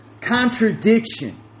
Contradiction